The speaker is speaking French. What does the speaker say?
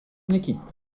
équipe